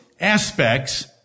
aspects